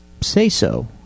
say-so